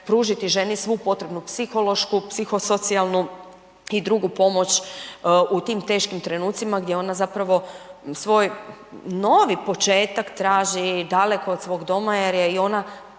ženi svu potrebnu psihološku, psihosocijalnu i drugu pomoć u tim teškim trenucima gdje ona zapravo svoj novi početak traži daleko od svog doma jer je i ona